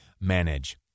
manage